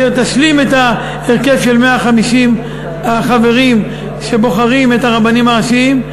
היא תשלים את ההרכב של 150 החברים שבוחרים את הרבנים הראשיים.